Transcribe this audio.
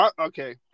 Okay